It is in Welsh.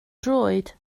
droed